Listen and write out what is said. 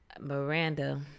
Miranda